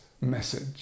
message